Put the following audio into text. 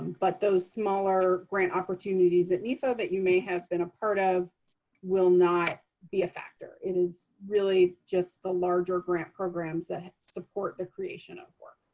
but those smaller grant opportunities at nefa that you may have been a part of will not be a factor. it is really just the larger grant programs that support the creation of work.